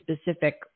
specific